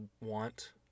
want